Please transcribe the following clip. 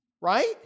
Right